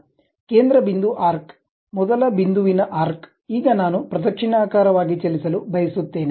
ಕೇಂದ್ರ ಬಿಂದು ಆರ್ಕ್ ಮೊದಲ ಬಿಂದುವಿನ ಆರ್ಕ್ ಈಗ ನಾನು ಪ್ರದಕ್ಷಿಣಾಕಾರವಾಗಿ ಚಲಿಸಲು ಬಯಸುತ್ತೇನೆ